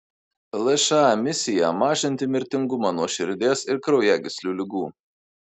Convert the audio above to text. lša misija mažinti mirtingumą nuo širdies ir kraujagyslių ligų